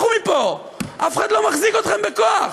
לכו מפה, אף אחד לא מחזיק אתכם בכוח.